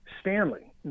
Stanley